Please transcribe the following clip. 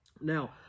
now